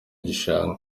gishanga